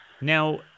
Now